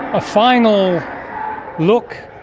a final look.